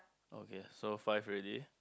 okay so five already